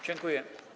Dziękuję.